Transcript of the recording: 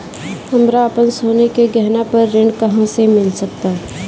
हमरा अपन सोने के गहना पर ऋण कहां मिल सकता?